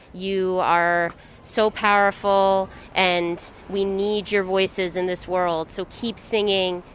you are so powerful and we need your voices in this world so keep singing,